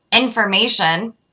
information